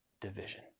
division